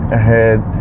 ahead